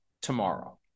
tomorrow